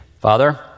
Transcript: Father